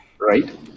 Right